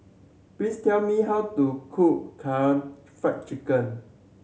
please tell me how to cook Fried Chicken